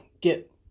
get